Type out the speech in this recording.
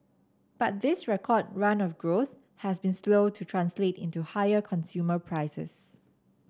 but this record run of growth has been slow to translate into higher consumer prices